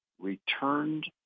returned